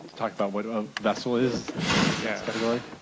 talk about what a vessel is for yeah this category.